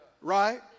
right